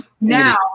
now